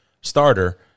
starter